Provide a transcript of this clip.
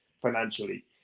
financially